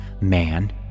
Man